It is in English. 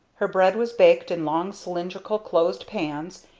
her bread was baked in long cylindrical closed pans,